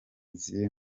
ziri